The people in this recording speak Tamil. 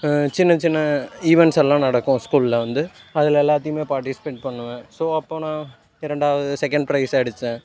சின்ன சின்ன ஈவென்ட்ஸ் எல்லாம் நடக்கும் ஸ்கூலில் வந்து அதில் எல்லாத்தையுமே பார்டிசிபேட் பண்ணுவேன் ஸோ அப்போது நான் இரண்டாவது செகண்ட் ப்ரைஸ் அடிச்சேன்